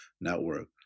network